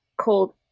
called